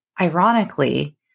Ironically